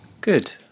good